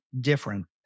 different